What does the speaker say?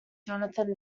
jonathan